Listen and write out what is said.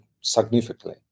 significantly